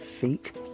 feet